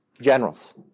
generals